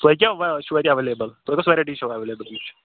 تۄہہِ کیٛاہ چھُو اَتہِ اٮ۪ویلیبٕل تۄہہِ کۄس وٮ۪رایٹی چھو اٮ۪ویلیبٕل